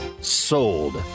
Sold